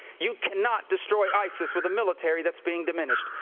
you cannot destroy isis with a military that's being diminished.